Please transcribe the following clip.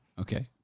Okay